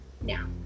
Now